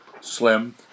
slim